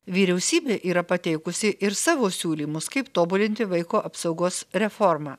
vyriausybė yra pateikusi ir savo siūlymus kaip tobulinti vaiko apsaugos reformą